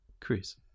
Chris